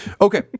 Okay